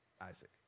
Isaac